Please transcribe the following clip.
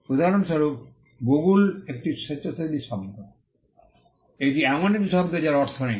উদাহরণস্বরূপ গুগল একটি স্বেচ্ছাসেবী শব্দ এটি এমন একটি শব্দ যার অর্থ নেই